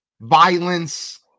violence